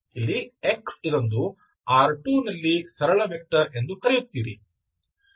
ಇಲ್ಲಿ x ಇದೊಂದು R2ನಲ್ಲಿ ಸರಳ ವೆಕ್ಟರ್ ಎಂದು ಕರೆಯುತ್ತೀರಿ